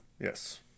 Yes